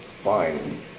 Fine